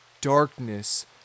darkness